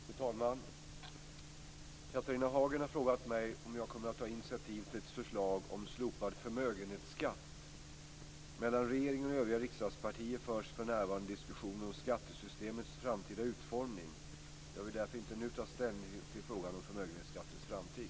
Fru talman! Catharina Hagen har frågat mig om jag kommer att ta initiativ till ett förslag om slopad förmögenhetsskatt. Mellan regeringen och övriga riksdagspartier förs för närvarande diskussioner om skattesystemets framtida utformning. Jag vill därför inte nu ta ställning till frågan om förmögenhetsskattens framtid.